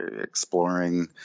exploring